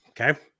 okay